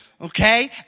Okay